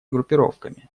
группировками